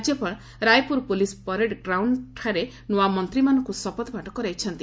ରାଜ୍ୟପାଳ Raipur police parade ଗ୍ରାଉଣ୍ଡରେ ନୂଆ ମନ୍ତିମାନଙ୍କୁ ଶପଥପାଠ କରାଇଛନ୍ତି